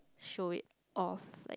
show it off